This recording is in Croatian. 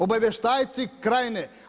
Obavještajci krajine.